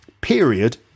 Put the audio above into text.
period